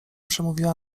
przemówiła